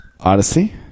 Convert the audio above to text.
odyssey